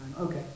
Okay